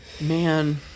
Man